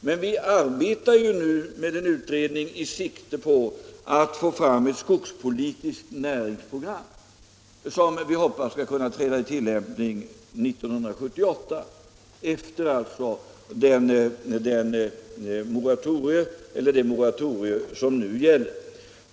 Men vi arbetar nu med en utredning med sikte på att få fram ett skogspolitiskt näringsprogram, som vi hoppas kan träda i tillämpning 1978 efter det moratorium som nu gäller.